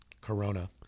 Corona